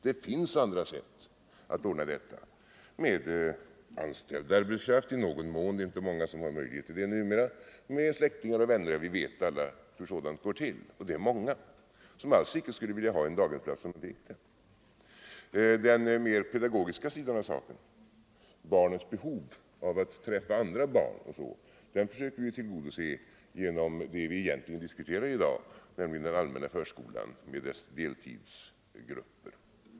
Det finns andra sätt att ordna detta — i någon mån med anställd arbetskraft, även om det inte är många som har möjlighet till sådant numera — med hjälp av släktingar och vänner. Vi vet alla hur sådant går till. Det är många som inte skulle vilja ha en daghemsplats, om de fick det. Den mer pedagogiska sidan av saken, barnets behov av att träffa andra barn, försöker vi tillgodose genom vad vi egentligen diskuterar i dag, nämligen den allmänna förskolan med dess deltidsgrupper.